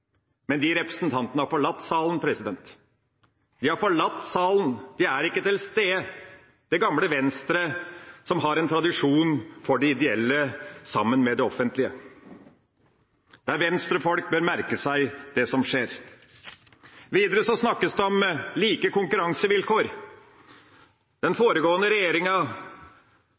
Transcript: Men de representantene har forlatt salen. De har forlatt salen, de er ikke til stede. Det gamle Venstre som har en tradisjon for de ideelle sammen med det offentlige – Venstre-folk bør merke seg det som skjer. Videre snakkes det om like konkurransevilkår. Den foregående regjeringa